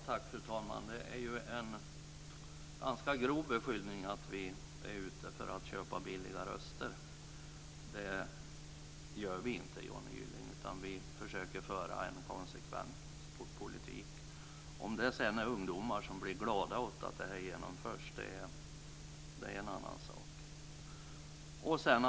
Fru talman! Att vi är ute efter att köpa billiga röster är en ganska grov beskyllning. Det är vi inte, Johnny Gylling. Vi försöker föra en konsekvent politik. Om det sedan är ungdomar som blir glada över att det genomförs är en annan sak.